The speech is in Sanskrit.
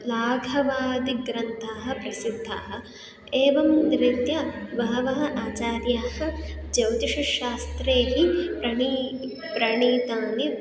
लाघवादिग्रन्थाः प्रसिद्धाः एवं रीत्या बहवः आचार्याः ज्यौतिषशास्त्रैः प्रणी प्रणीतानि